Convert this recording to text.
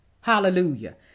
Hallelujah